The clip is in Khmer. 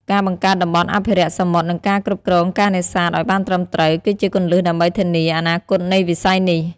ការបង្កើតតំបន់អភិរក្សសមុទ្រ និងការគ្រប់គ្រងការនេសាទឲ្យបានត្រឹមត្រូវ គឺជាគន្លឹះដើម្បីធានាអនាគតនៃវិស័យនេះ។